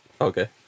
okay